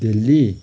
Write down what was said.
Delhi